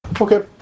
Okay